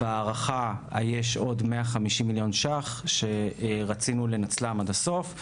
בהארכה יש עוד 150 מיליון שקלים שרצינו לנצלם עד הסוף.